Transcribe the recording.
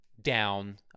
Down